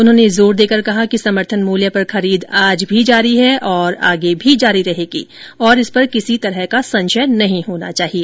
उन्होंने जोर देकर कहा कि समर्थन मूल्य पर खरीद आज भी जारी है और आगे भी जारी रहेगी और इस पर किसी प्रकार का संशय नहीं होना चाहिए